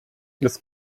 das